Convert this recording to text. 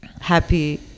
happy